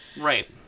Right